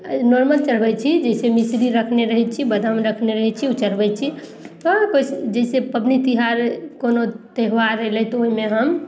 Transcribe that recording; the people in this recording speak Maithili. नॉर्मल चढ़बय छी जाहिसँ मिसरी रखने रहय छी बदाम रखने रहय छी उ चढ़बय छी हँ जैसे पबनी तिहार कोनो त्योहार अयलै तऽ ओइमे हम